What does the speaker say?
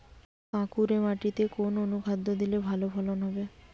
কাঁকুরে মাটিতে কোন অনুখাদ্য দিলে ভালো ফলন হবে?